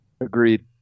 Agreed